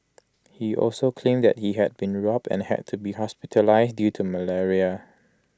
he also claimed that he had been robbed and had to be hospitalised due to malaria